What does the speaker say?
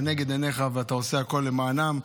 ואתה עושה הכול למענם.